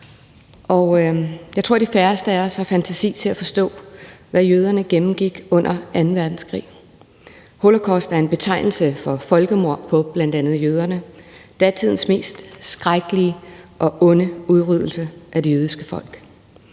og jeg tror, at de færreste af os har fantasi til at forstå, hvad jøderne gennemgik under anden verdenskrig. Holocaust er en betegnelse for folkemord på bl.a. jøderne, datidens mest skrækkelige og onde udryddelse af det jødiske folk.